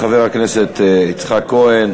תודה, חבר הכנסת יצחק כהן.